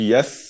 Yes